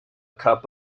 cup